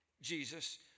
Jesus